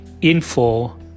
info